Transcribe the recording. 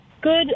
good